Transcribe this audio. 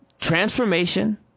transformation